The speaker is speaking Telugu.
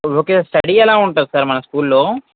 ఓకే స్టడీ ఎలా ఉంటుంది సార్ మన స్కూల్లో